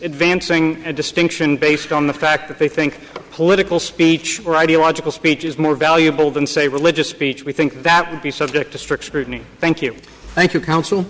advancing a distinction based on the fact that they think political speech or ideological speech is more valuable than say religious speech we think that would be subject to strict scrutiny thank you thank you counsel